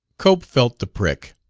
cope felt the prick.